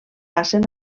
passen